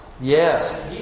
Yes